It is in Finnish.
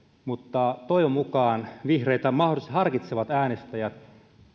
mutta toivon mukaan vihreitä mahdollisesti harkitsevat äänestäjät